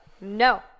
no